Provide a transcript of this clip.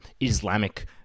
Islamic